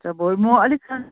हुन्छ भोलि म अलिक